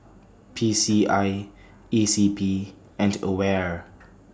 P C I E C P and AWARE